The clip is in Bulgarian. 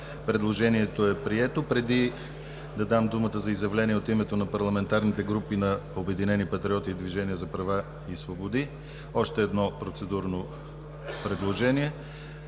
Предложението е прието. Преди да дам думата за изявление от името на парламентарните групи на „Обединени патриоти“ и „Движение за права и свободи“ още едно процедурно предложение: